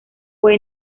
fue